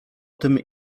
tym